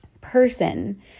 person